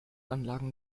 anlagen